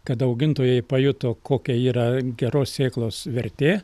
kad augintojai pajuto kokia yra geros sėklos vertė